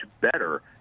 better